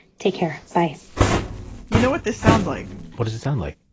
take care. bye you know what this sounds like? what does it sound like?